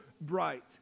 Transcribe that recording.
bright